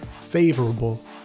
favorable